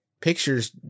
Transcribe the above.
pictures